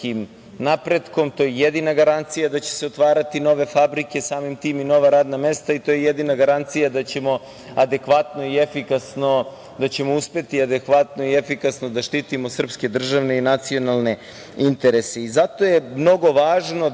napretkom. To je jedina garancija da će se otvarati nove fabrike, samim tim i nova radna mesta. To je jedina garancija da ćemo uspeti adekvatno i efikasno da štitimo sprske državne i nacionalne interese. Zato je mnogo važno da